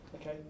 okay